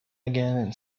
again